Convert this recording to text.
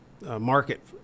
market